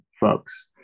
folks